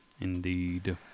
indeed